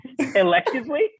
Electively